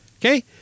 Okay